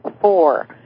four